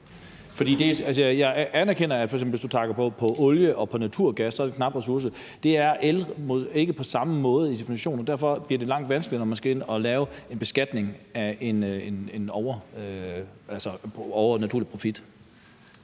Jeg anerkender, at hvis du f.eks. snakker om olie og naturgas, er det en knap ressource, men det er el ikke på samme måde i definitionen, og derfor bliver det langt vanskeligere, når man skal ind og lave en beskatning af en overnormal profit.